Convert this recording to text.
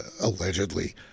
allegedly